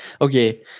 Okay